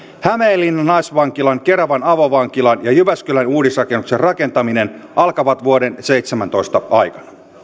hämeenlinnan naisvankilan keravan avovankilan ja jyväskylän uudisrakennuksen rakentaminen alkavat vuoden seitsemäntoista aikana